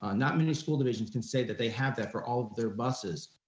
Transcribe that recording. ah not many school divisions can say that they have that for all of their buses.